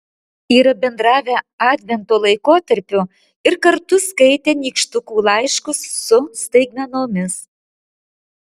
yra bendravę advento laikotarpiu ir kartu skaitę nykštukų laiškus su staigmenomis